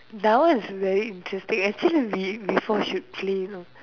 that one was very interesting actually we we four should clean